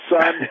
son